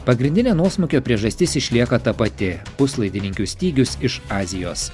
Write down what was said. pagrindinė nuosmukio priežastis išlieka ta pati puslaidininkių stygius iš azijos